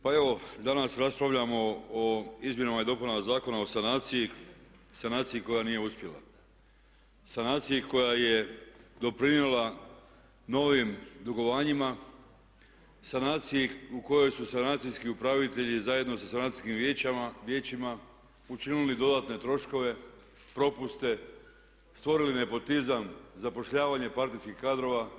Pa evo danas raspravljamo o izmjenama i dopunama Zakona o sanaciji, sanaciji koja nije uspjela, sanaciji koja je doprinijela novim dugovanjima, sanaciji u kojoj su sanacijski upravitelji zajedno sa sanacijskim vijećima učinili dodatne troškove, propuste, stvorili nepotizam, zapošljavanje partijskih kadrova.